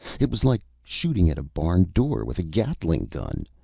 it was like shooting at a barn door with a gatling gun.